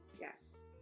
yes